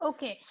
Okay